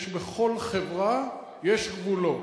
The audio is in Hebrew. בכל חברה יש גבולות.